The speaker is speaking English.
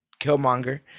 Killmonger